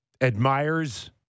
admires